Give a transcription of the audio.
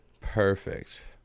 Perfect